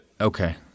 okay